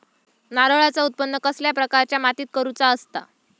नारळाचा उत्त्पन कसल्या प्रकारच्या मातीत करूचा असता?